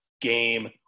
game